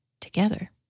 together